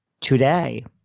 today